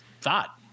thought